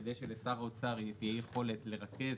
כדי שלשר האוצר תהיה יכולת לרכז,